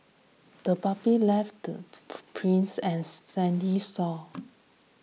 the puppy left prints on the sandy shore